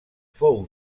fou